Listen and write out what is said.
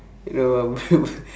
don't know ah bro